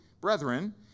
brethren